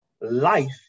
Life